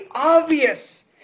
obvious